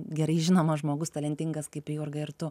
gerai žinomas žmogus talentingas kaip jurga ir tu